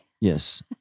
Yes